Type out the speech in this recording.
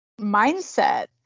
mindset